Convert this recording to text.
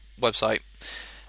website